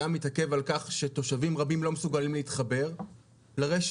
אתה מתעכב על כך שתושבים רבים לא מסוגלים להתחבר לרשת,